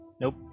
Nope